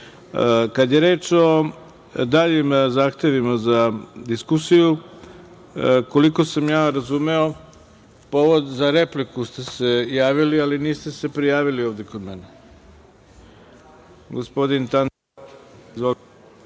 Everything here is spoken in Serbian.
je reč o daljim zahtevima za diskusiju, koliko sam ja razumeo povod za repliku ste se javili, ali niste se prijavili ovde kod